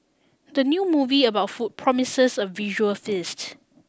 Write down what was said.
the new movie about food promises a visual feast